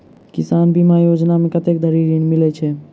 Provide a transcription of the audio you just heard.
किसान बीमा योजना मे कत्ते धरि ऋण मिलय छै?